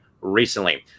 recently